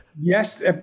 Yes